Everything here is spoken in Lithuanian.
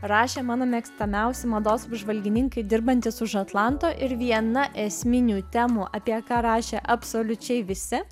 rašė mano mėgstamiausi mados apžvalgininkai dirbantys už atlanto ir viena esminių temų apie ką rašė absoliučiai visi